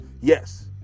Yes